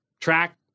track